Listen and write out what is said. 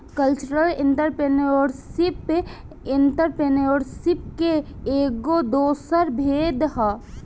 cultural entrepreneurship entrepreneurship के एगो दोसर भेद ह